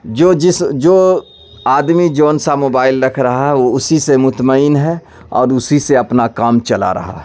جو جس جو آدمی جون سا موبائل رکھ رہا ہے وہ اسی سے مطمئن ہے اور اسی سے اپنا کام چلا رہا ہے